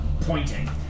pointing